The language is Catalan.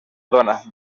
dona